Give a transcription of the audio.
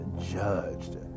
judged